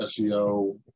SEO